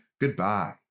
Goodbye